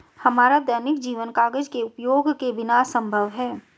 हमारा दैनिक जीवन कागज के उपयोग के बिना असंभव है